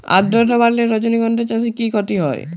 আদ্রর্তা বাড়লে রজনীগন্ধা চাষে কি ক্ষতি হয়?